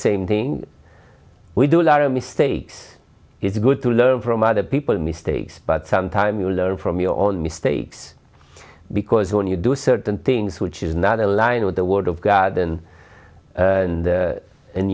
same thing we do a lot of mistakes it's good to learn from other people's mistakes but sometime you learn from your own mistakes because when you do certain things which is not aligned with the word of god and and